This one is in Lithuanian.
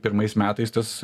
pirmais metais tas